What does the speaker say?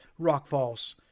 rockfalls